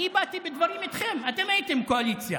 אני באתי בדברים איתכם, אתם הייתם קואליציה.